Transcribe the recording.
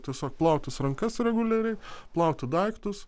tiesiog plautis rankas reguliariai plauti daiktus